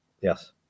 yes